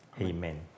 Amen